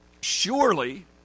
Surely